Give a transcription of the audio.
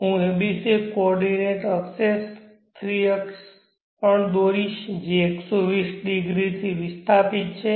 હું a b c coordinate axes 3 અક્ષો પણ દોરીશ જે 120 ડિગ્રી થી વિસ્થાપિત છે